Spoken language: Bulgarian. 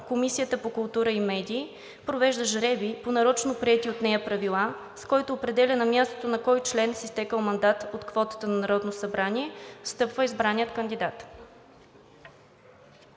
Комисията по културата и медиите провежда жребий по нарочно приети от нея правила, с който определя на мястото на кой член с изтекъл мандат от квотата на Народното събрание встъпва избраният кандидат“.